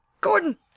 Gordon